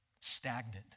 stagnant